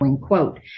quote